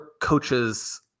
coaches